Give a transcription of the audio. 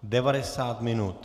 90 minut.